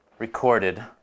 recorded